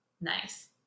nice